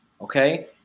Okay